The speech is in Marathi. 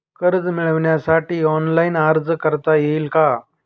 कर्ज मिळविण्यासाठी ऑनलाइन अर्ज करता येईल का?